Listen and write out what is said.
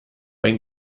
ein